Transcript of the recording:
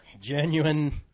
genuine